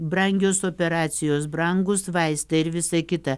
brangios operacijos brangūs vaistai ir visa kita